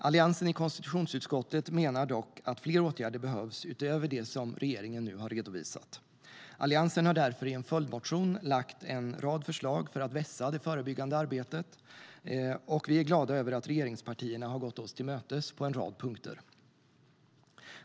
Alliansen i konstitutionsutskottet menar dock att fler åtgärder behövs utöver de som regeringen nu har redovisat. Alliansen har därför i en följdmotion lagt fram en rad förslag för att vässa det förebyggande arbetet, och vi är glada över att regeringspartierna har gått oss till mötes på en rad punkter.